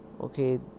okay